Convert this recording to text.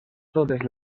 totes